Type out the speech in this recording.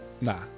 Nah